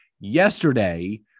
yesterday